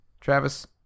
travis